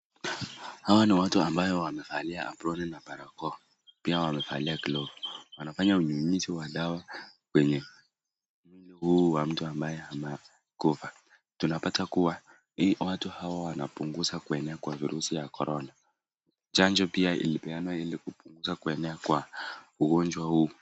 Hawa ni watu ambao wamevalia aproni na barakoa na pia wamevalia glovu. Wanafanya unyunyizi wa dawa kwenye huu mtu ambaye amekufa. Tunapata kuwa watu hawa wanapunguza kuenea kwa virisi ya Corona . Chanjo pia ilipeanwa ili kusaidia kuenea kwa ugonjwa huu.